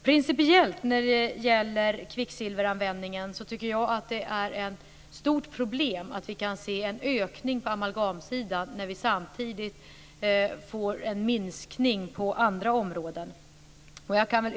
Principiellt angående kvicksilveranvändningen tycker jag att det är ett stort problem att vi kan se en ökning på amalgamsidan när vi samtidigt får en minskning på andra områden.